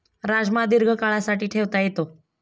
राजमा दीर्घकाळासाठी ठेवता येतो